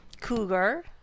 cougar